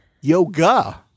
yoga